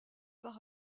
par